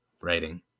writing